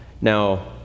Now